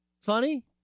Funny